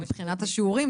מבחינת השיעורים,